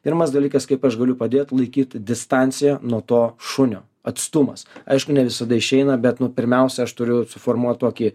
pirmas dalykas kaip aš galiu padėt laikyt distanciją nuo to šunio atstumas aišku ne visada išeina bet nu pirmiausia aš turiu suformuot tokį